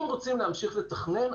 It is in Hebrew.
אם רוצים להמשיך לתכנן,